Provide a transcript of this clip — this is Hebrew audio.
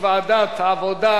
הרווחה והבריאות,